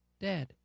dead